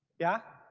yeah.